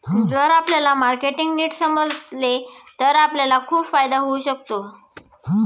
जर आपल्याला मार्केटिंग नीट समजले तर आपल्याला खूप फायदा होऊ शकतो